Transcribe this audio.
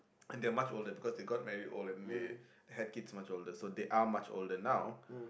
and they are much older because they got married old and they had kids much older so they are much older now